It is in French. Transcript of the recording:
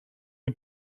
est